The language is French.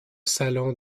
salon